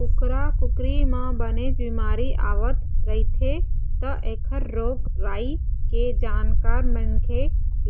कुकरा कुकरी म बनेच बिमारी आवत रहिथे त एखर रोग राई के जानकार मनखे